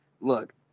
look